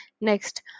Next